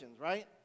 right